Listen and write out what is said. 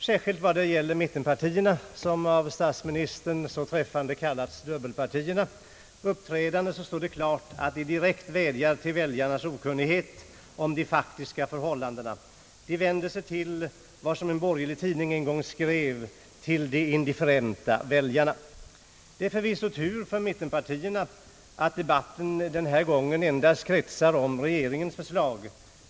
Särskilt vad det gäller mittenpartierna — som av statsministern så träffande kallats dubbelpartierna — står det klart att de i sitt uppträdande direkt vädjar till väljarnas okunnighet om faktiska förhållanden. Man vänder sig till vad en borgerlig tidning en gång kallade de indifferenta väljarna. Det är förvisso tur för mittenpartierna att debatten denna gång endast kretsar kring regeringens förslag.